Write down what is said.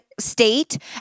State